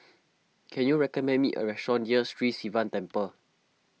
can you recommend me a restaurant near Sri Sivan Temple